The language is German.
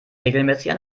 regelmäßig